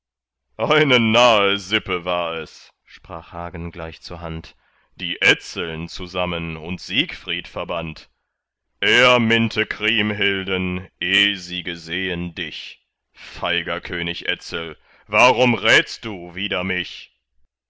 eine nahe sippe war es sprach hagen gleich zur hand die etzeln zusammen und siegfried verband er minnte kriemhilden eh sie gesehen dich feiger könig etzel warum rätst du wider mich